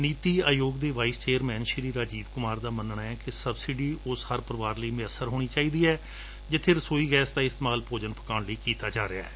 ਨੀਤੀ ਆਯੋਗ ਦੇ vice chairman Rajiv Kumar ਦਾ ਮੰਨਣਾ ਏ ਕਿ ਸਬਸਿਡੀ ਉਸ ਹਰ ਘਰ ਲਈ ਮਯੱਸਰ ਹੋਣੀ ਚਾਹੀਦੀ ਏ ਜਿਥੇ ਰਸੋਈ ਗੈਸ ਦਾ ਇਸਤੇਮਾਲ ਭੋਜਨ ਪਕਾਉਣ ਲਈ ਕੀਤਾ ਜਾ ਰਿਹੈ